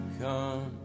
come